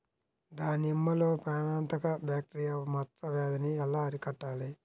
దానిమ్మలో ప్రాణాంతక బ్యాక్టీరియా మచ్చ వ్యాధినీ ఎలా అరికట్టాలి?